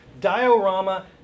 diorama